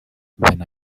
when